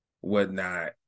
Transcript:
whatnot